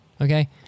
Okay